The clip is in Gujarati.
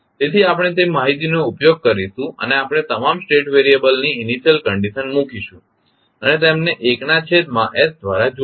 તેથી આપણે તે માહિતીનો ઉપયોગ કરીશું અને આપણે તમામ સ્ટેટ વેરીયબલની ઇનિશિયલ કંડિશન મૂકીશું અને તેમને 1 ના છેદમાં s દ્વારા જોડીશું